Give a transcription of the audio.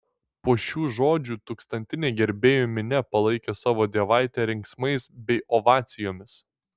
po šių žodžių tūkstantinė gerbėjų minia palaikė savo dievaitę riksmais bei ovacijomis